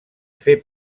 fer